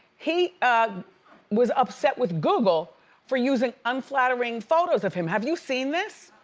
he was upset with google for using unflattering photos of him. have you seen this?